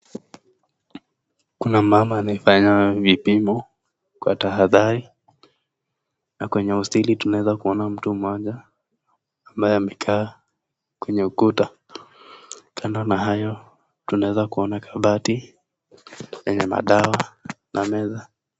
Kuna mama anayefanya vipimo kwa tahadhari, na kwenye usingi tunaeza kuona mtu mmoja ambaye amekaa kwenye ukuta, kando na hayo tunaweza kuona kabati enye madawa na meza.